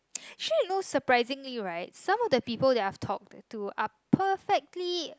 sure no surprisingly right some of the people they're talk to up perfectly